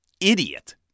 idiot